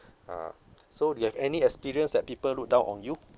ah so do you have any experience that people look down on you